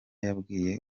yabwiye